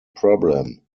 problem